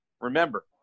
Remember